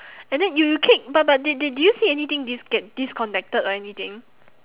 and then you you keep but but did did did you see anything dis~ get disconnected or anything